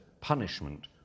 punishment